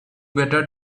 better